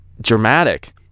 dramatic